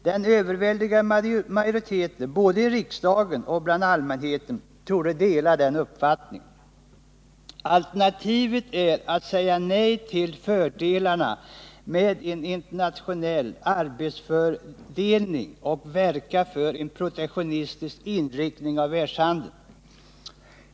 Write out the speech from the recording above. Den överväldigande majoriteten både i riksdagen och bland allmänheten torde dela den uppfattningen. Alternativet är att säga nej till fördelarna med en internationell arbetsfördelning och verka för en protektionistisk inriktning av världshandeln.